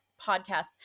podcasts